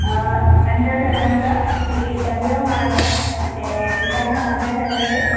हा अंदरि हलूं था ही पंदिरहो माड़ो आहे ऐं हितां खां अंदरि हलंदे